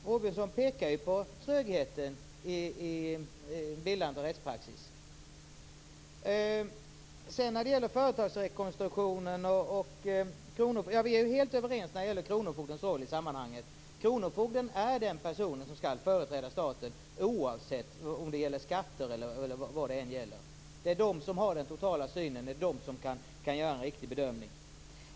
Åbjörnsson pekar ju på trögheten i bildandet av rättspraxis. Vi är helt överens när det gäller kronofogdens roll i sammanhanget. Kronofogden är den person som skall företräda staten, oavsett om det gäller skatter eller vad det än gäller. Det är kronofogdarna som har den totala insynen, det är de som kan göra en riktig bedömning.